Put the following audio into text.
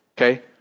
Okay